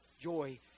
joy